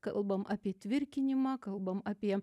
kalbam apie tvirkinimą kalbam apie